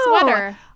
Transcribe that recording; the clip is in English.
sweater